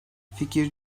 fikir